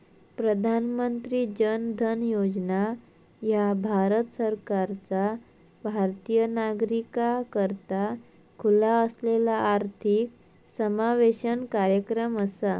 प्रधानमंत्री जन धन योजना ह्या भारत सरकारचा भारतीय नागरिकाकरता खुला असलेला आर्थिक समावेशन कार्यक्रम असा